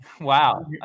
Wow